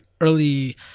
early